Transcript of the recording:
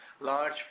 large